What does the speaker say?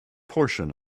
portion